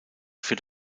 für